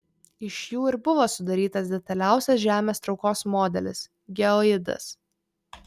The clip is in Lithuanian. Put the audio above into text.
iš jų ir buvo sudarytas detaliausias žemės traukos modelis geoidas